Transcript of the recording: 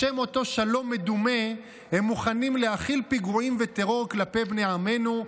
בשם אותו שלום מדומה הם מוכנים להכיל פיגועים וטרור כלפי בני עמנו,